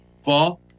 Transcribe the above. fall